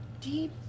Deep